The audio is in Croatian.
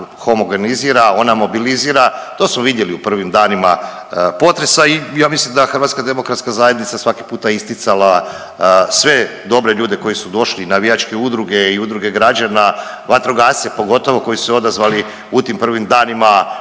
i ja mislim da je HDZ svaki puta isticala sve dobre ljude koji su došli i navijačke udruge i udruge građana, vatrogasce pogotovo koji su se odazvali u tim prvim danima,